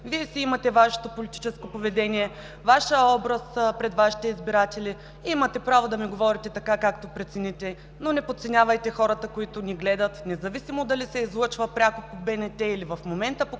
Вие си имате Вашето политическо поведение, Ваш образ пред Вашите избиратели, имате право да ми говорите така, както прецените, но не подценявайте хората, които ни гледат, независимо дали се излъчва пряко по БНТ или в момента по